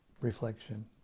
reflection